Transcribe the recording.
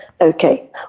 Okay